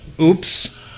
Oops